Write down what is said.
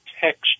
text